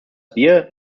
bier